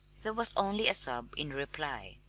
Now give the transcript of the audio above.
there was only a sob in reply.